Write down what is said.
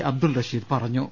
അബ്ദുൽ റഷീദ് പറഞ്ഞു